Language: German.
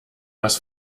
was